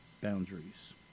boundaries